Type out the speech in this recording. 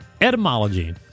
Etymology